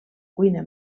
cuina